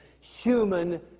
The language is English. human